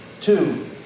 Two